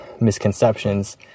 misconceptions